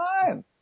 time